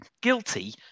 guilty